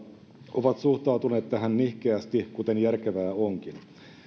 ovat suhtautuneet tähän nihkeästi kuten järkevää onkin